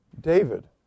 David